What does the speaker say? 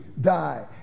die